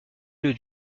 lieu